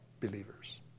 believers